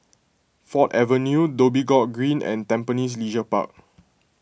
Ford Avenue Dhoby Ghaut Green and Tampines Leisure Park